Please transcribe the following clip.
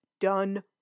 done